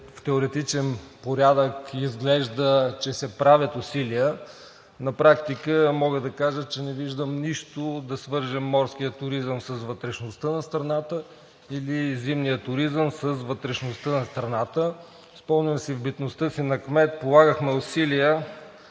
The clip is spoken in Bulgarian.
в теоретичен порядък изглежда, че се правят усилия. На практика мога да кажа, че не виждам нищо да свържем морския туризъм с вътрешността на страната или зимния туризъм с вътрешността на страната. Спомням си, че в битността си на кмет полагахме усилия